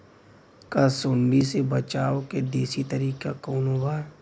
का सूंडी से बचाव क देशी तरीका कवनो बा?